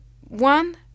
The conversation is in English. One